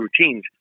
routines